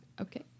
Okay